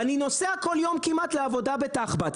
ואני נוסע כמעט כל יום לעבודה בתחב"צ,